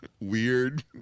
weird